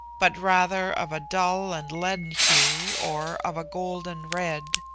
but rather of a dull and leaden hue or of a golden red.